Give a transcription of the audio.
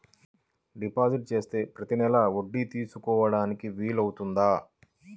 Deposit చేస్తే ప్రతి నెల వడ్డీ తీసుకోవడానికి వీలు అవుతుందా?